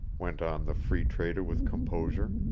went on the free trader with composure,